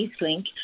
Eastlink